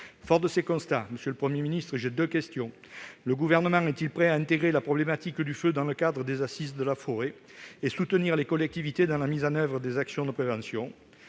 fort de ces constats, je souhaite vous poser deux questions. Le Gouvernement est-il prêt à intégrer la problématique du feu dans le cadre des Assises de la forêt et du bois, et à soutenir les collectivités dans la mise en oeuvre des actions de prévention ?